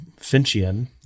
Finchian